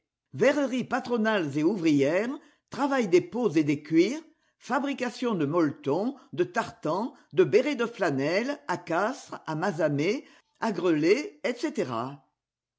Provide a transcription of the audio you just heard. verreries patronales et ouvrières travail des peaux et des cuirs fabrication de molletons de tartans de bérets de flanelle à castres à mazamet à greulhet etc